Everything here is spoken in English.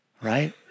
right